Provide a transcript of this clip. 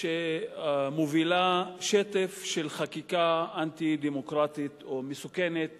שמובילה שטף של חקיקה אנטי-דמוקרטית, או מסוכנת